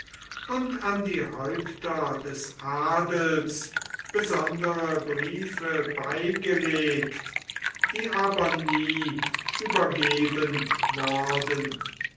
und an die häupter des adels besondere briefe beigelegt die aber nie übergeben wurden